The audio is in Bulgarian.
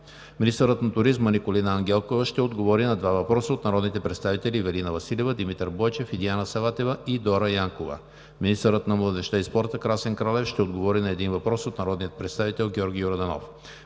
Министърът на туризма Николина Ангелкова ще отговори на два въпроса от народните представители Ивелина Василева, Димитър Бойчев и Диана Саватева; и Дора Янкова. Министърът на младежта и спорта Красен Кралев ще отговори на един въпрос от народния представител Георги Йорданов.